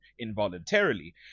involuntarily